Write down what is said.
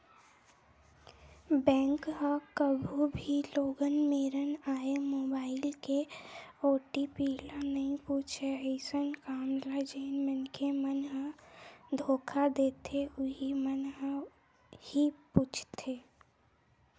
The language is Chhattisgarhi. बेंक ह कभू भी लोगन मेरन आए मोबाईल के ओ.टी.पी ल नइ पूछय अइसन काम ल जेन मनखे मन ह धोखा देथे उहीं मन ह ही पूछथे